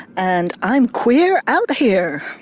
and i'm queer out here!